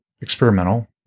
experimental